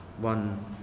one